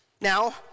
Now